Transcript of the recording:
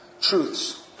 truths